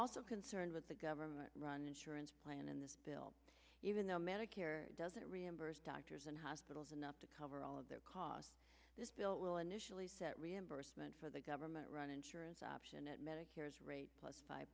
also concerned that the government run insurance plan in this bill even though medicare doesn't reimburse doctors and hospitals enough to cover all of their costs this bill will initially set reimbursement for the government run insurance option at medicare's rate plus five